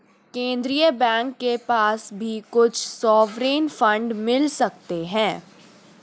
केन्द्रीय बैंक के पास भी कुछ सॉवरेन फंड मिल सकते हैं